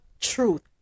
truth